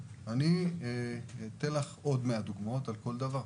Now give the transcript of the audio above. אני יכול לתת לך עוד מאה דוגמאות אחרות על כל דבר.